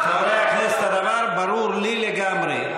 חברי הכנסת, הדבר ברור לי לגמרי.